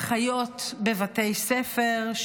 אחיות בבתי ספר,